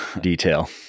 detail